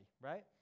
right